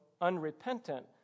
unrepentant